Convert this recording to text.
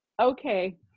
Okay